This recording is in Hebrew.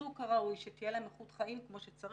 שיתפרנסו כראוי, שתהיה להם איכות חיים כמו שצריך.